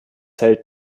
hält